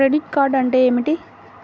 Credit card అంటే ఏమిటి?